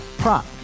prop